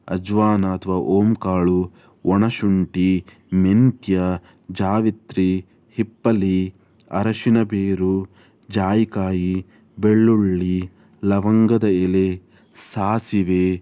ಅಜ್ವಾನ ಅಥವಾ ಓಮ್ ಕಾಳು ಒಣ ಶುಂಠಿ ಮೆಂತ್ಯ ಜಾವಿತ್ರಿ ಹಿಪ್ಪಲಿ ಅರಶಿಣ ಬೇರು ಜಾಯಿಕಾಯಿ ಬೆಳ್ಳುಳ್ಳಿ ಲವಂಗದ ಎಲೆ ಸಾಸಿವೆ